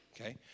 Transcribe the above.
Okay